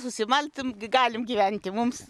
susimalti m galim gyventi mums